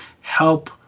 help